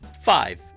five